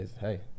Hey